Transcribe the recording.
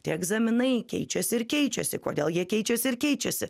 tie egzaminai keičiasi ir keičiasi kodėl jie keičiasi ir keičiasi